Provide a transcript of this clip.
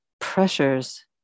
pressures